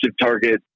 target